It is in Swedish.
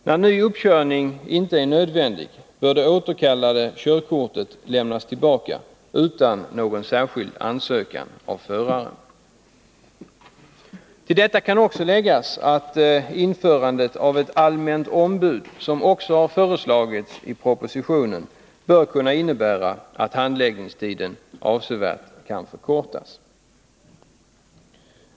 När ny uppkörning inte är nödvändig bör det återkallade körkortet lämnas tillbaka utan någon särskild ansökan från föraren. Till detta kan också läggas att införandet av ett allmänt ombud — som också föreslås i propositionen — bör kunna innebära att handläggningstiden avsevärt kan förkortas.